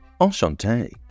Enchanté